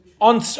on